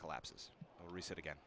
collapses reset again